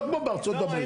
לא כמו בארצות הברית,